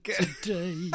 today